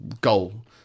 goal